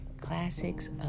classics